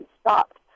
stopped